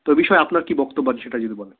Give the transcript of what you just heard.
তো বিষয়ে আপনার কী বক্তব্য আছে সেটা যদি বলেন